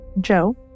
Joe